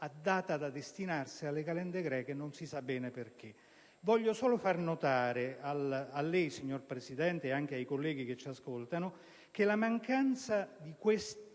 a data da destinarsi - cioè alle calende greche, come si suol dire - non si sa bene perché. Voglio solo far notare a lei, signor Presidente, ed anche ai colleghi che ci ascoltano, che la mancanza di queste